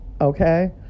okay